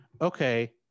okay